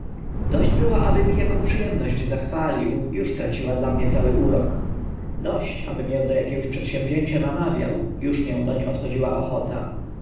dość było aby mi aką przy emność zachwalił uż traciła dla mnie cały urok dość aby mię do akiego przedsięwzięcia namawiał uż mię doń odchodziła ochota